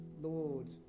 Lord